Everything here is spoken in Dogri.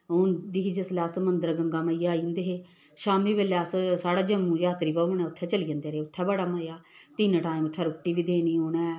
होंदी ही जिसलै अस मंदर गंगा मेइया आई जंदे हे शाम्मी बेल्लै अस साढ़ा जम्मू यात्री भवन ऐ उत्थै चली जंदे रेह् उत्थै बड़ा मज़ा तिन्न टाइम उत्थें रुट्टी बी देनी उ'नें